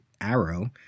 Arrow